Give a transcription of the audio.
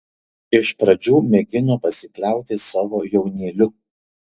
iš pradžių mėgino pasikliauti savo jaunyliu